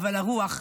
אבל הרוח,